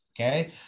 Okay